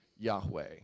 Yahweh